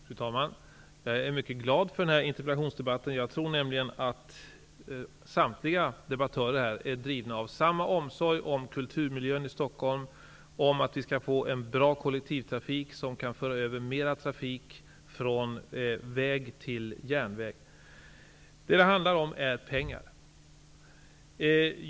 Fru talman! Jag är mycket glad för den här interpellationsdebatten. Jag tror nämligen att samtliga debattörer är drivna av samma omsorg om kulturmiljön i Stockholm och av att vi skall få en bra kollektivtrafik, som kan föra över mer trafik från väg till järnväg. Vad det handlar om är pengar.